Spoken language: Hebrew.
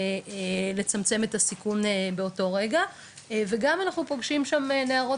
ולצמצם את הסיכון באותו רגע וגם אנחנו פוגשים שם נערות